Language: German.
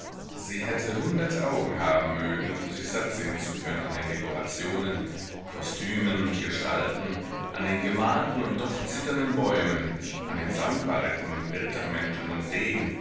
sie hätte hundert augen haben mögen um sich satt sehen zu können an den dekorationen kostümen gestalten an den gemalten und doch zitternden bäumen an den samtbaretten rittermänteln und degen